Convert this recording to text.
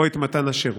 או את מתן השירות,